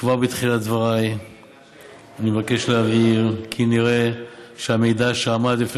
כבר בתחילת דבריי אני מבקש להבהיר כי נראה שהמידע שעמד בפני